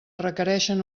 requereixen